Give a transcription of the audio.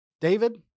David